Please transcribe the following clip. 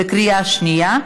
בקריאה השנייה.